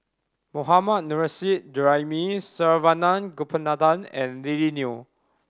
Mohammad Nurrasyid Juraimi Saravanan Gopinathan and Lily Neo